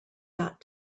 got